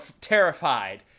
terrified